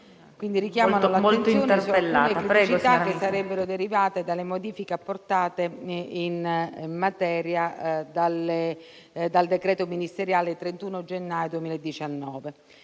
richiama l'attenzione su alcune criticità che sarebbero derivate dalle modifiche apportate in materia dal decreto ministeriale 31 gennaio 2019.